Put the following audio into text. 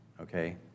Okay